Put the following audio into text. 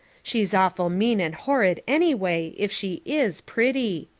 she's awful mean and horrid anyway, if she is pretty.